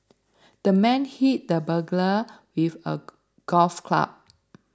the man hit the burglar with a golf club